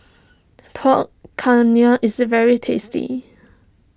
Pork is very tasty